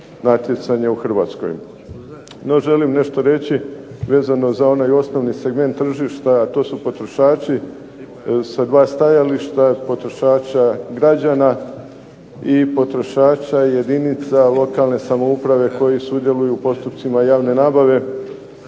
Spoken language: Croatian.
natjecanja u HRvatskoj. No želim nešto reći vezano za onaj osnovni segment tržišta, a to su potrošači. Sa dva stajališta potrošača građana i potrošača jedinica lokalne samouprave koji sudjeluju u postupcima javne nabave.